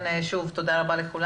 תודה רבה שוב.